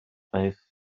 aeth